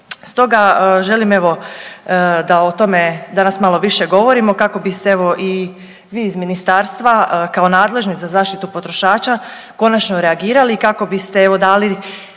Stoga želim evo da o tome danas malo više govorimo kako bi se evo i iz ministarstva kao nadležni za zaštitu potrošača konačno reagirali i kako biste evo dali